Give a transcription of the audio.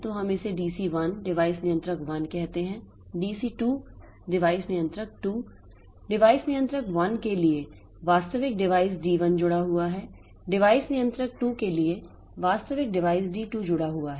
तो हम इसे डीसी 1 डिवाइस नियंत्रक 1 कहते हैं डीसी 2 डिवाइस नियंत्रक 2 डिवाइस नियंत्रक 1 के लिए वास्तविक डिवाइस डी 1 जुड़ा हुआ है डिवाइस नियंत्रक 2 के लिए वास्तविक डिवाइस डी 2 जुड़ा हुआ है